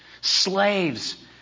Slaves